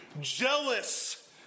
jealous